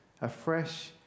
afresh